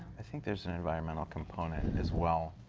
i think there's and environmental component as well.